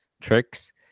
tricks